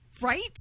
Right